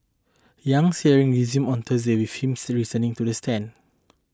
Yang's hearing resumes on Thursday with him to the stand